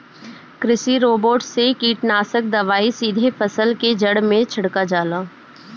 कृषि रोबोट से कीटनाशक दवाई सीधे फसल के जड़ में छिड़का जाला